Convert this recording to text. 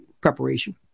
preparation